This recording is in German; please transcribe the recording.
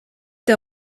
der